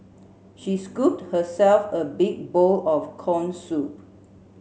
she scooped herself a big bowl of corn soup